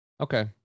Okay